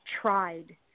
tried